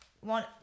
one